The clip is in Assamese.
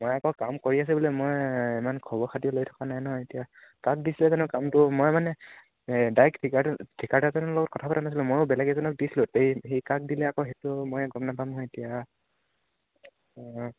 মই আকৌ কাম কৰি আছে বুলিহে মই ইমান খবৰ খাতি লৈ থকা নাই নহয় এতিয়া কাক দিছিলে জানো কামটো মই মানে ডাইৰেক্ট ঠিকাড ঠিকাদাৰজনৰ লগত কথা পাতা নাছিলোঁ ময়ো বেলেগ এজনক দিছিলোঁ তেই সি কাক দিলে আকৌ সেইটো মই গম নাপাম নহয় এতিয়া অঁ